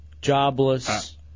Jobless